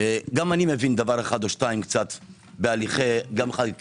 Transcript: גם אני מבין דבר אחד או שניים בהליכי חקיקה,